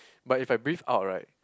but if I breathe out right